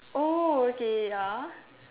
oh okay ya